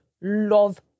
love